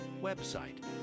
website